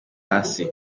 hasi